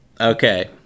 Okay